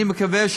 אני מקווה,